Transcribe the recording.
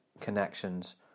connections